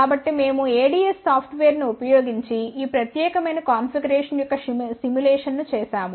కాబట్టి మేము ADS సాఫ్ట్వేర్ను ఉపయోగించి ఈ ప్రత్యేక కాన్ఫిగరేషన్ యొక్క సిములేషన్ ను చేసాము